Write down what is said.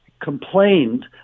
complained